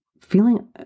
feeling